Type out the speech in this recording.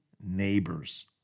neighbors